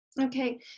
Okay